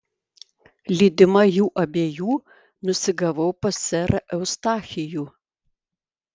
lydima jų abiejų nusigavau pas serą eustachijų